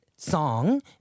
Song